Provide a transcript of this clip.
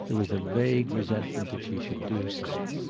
there was a vague resentment that she should do so.